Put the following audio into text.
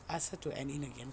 ask her to add in again